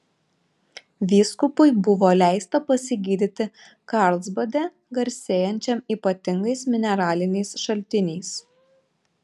vyskupui buvo leista pasigydyti karlsbade garsėjančiam ypatingais mineraliniais šaltiniais